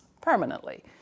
permanently